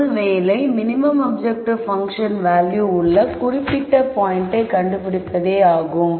நமது வேலை minimum objective function value உள்ள குறிப்பிட்ட பாயின்ட்டை கண்டுபிடிப்பதே ஆகும்